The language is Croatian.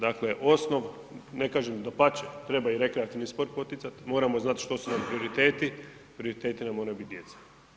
Dakle, osnov ne kažem, dapače treba i rekreativni sport poticat, moramo znat što su nam prioriteti, prioriteti nam moraju biti djeca.